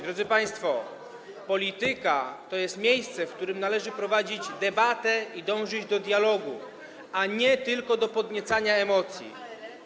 Drodzy państwo, polityka to jest miejsce, w którym należy prowadzić debatę i dążyć do dialogu, a nie tylko do podsycania emocji.